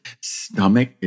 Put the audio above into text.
stomach